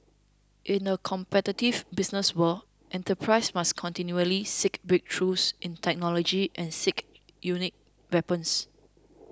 in a competitive business world enterprises must continually seek breakthroughs in technology and seek unique weapons